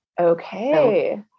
Okay